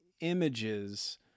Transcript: images